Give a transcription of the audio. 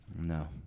No